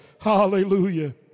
Hallelujah